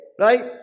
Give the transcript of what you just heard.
right